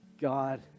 God